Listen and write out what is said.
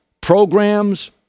programs